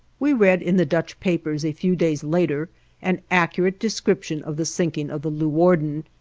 we read in the dutch papers a few days later an accurate description of the sinking of the leuwarden,